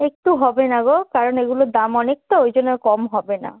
একটু হবে না গো কারণ এগুলোর দাম অনেক তো ওই জন্য কম হবে না